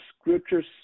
scriptures